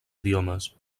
idiomes